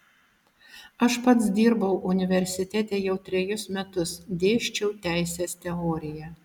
aš pats dirbau universitete jau trejus metus dėsčiau teisės teoriją